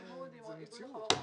צמוד עם איגוד החברות,